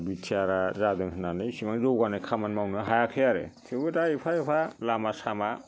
बि T R आ जादों होननानै एसेबां जौगानाय खामानि मावनो हायाखै आरो थेवबो दा एफा एफा लामा सामा